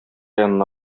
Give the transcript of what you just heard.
янына